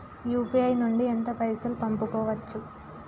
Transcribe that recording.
UPI నుండి ఎంత పైసల్ పంపుకోవచ్చు?